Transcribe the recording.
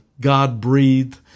God-breathed